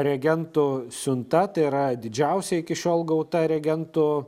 reagentų siunta tai yra didžiausia iki šiol gauta reagentų